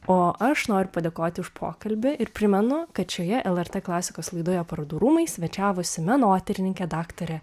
o aš noriu padėkoti už pokalbį ir primenu kad šioje lrt klasikos laidoje parodų rūmai svečiavosi menotyrininkė daktarė